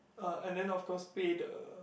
uh and then of course pay the